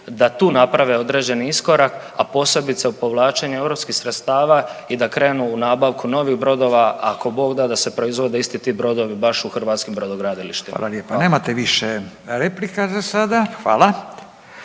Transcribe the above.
da tu naprave određeni iskorak, a posebice u povlačenju europskih sredstava i da krenu u nabavku novih brodova ako Bog da da se proizvode isti ti brodovi baš u hrvatskim brodogradilištima. **Radin, Furio (Nezavisni)** Hvala lijepa. Nemate više replika za sada, hvala.